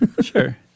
Sure